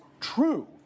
true